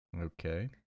Okay